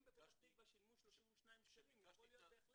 אם בפתח תקווה שילמו 32 שקלים יכול להיות בהחלט